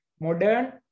modern